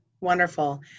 Wonderful